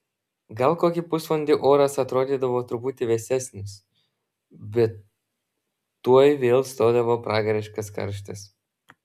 gal kokį pusvalandį oras atrodydavo truputį vėsesnis bet tuoj vėl stodavo pragariškas karštis